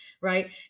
right